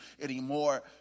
anymore